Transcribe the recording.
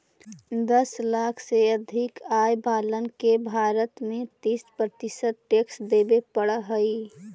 दस लाख से अधिक आय वालन के भारत में तीस प्रतिशत टैक्स देवे पड़ऽ हई